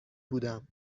بودم